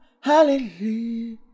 Hallelujah